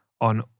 on